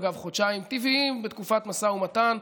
אגב, חודשיים, טבעי בתקופת משא ומתן: